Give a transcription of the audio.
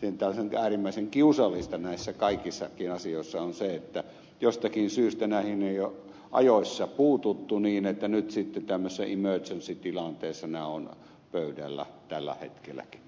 sentään äärimmäisen kiusallista näissä kaikissa asioissa se että jostakin syystä näihin ei ole ajoissa puututtu niin että nyt sitten tämmöisessä emergency tilanteessa nämä ovat pöydällä tällä hetkelläkin